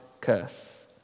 curse